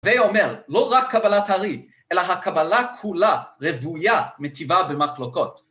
ויאמר, לא רק קבלת האר"י, אלא הקבלה כולה רבויה מטיבה במחלוקות.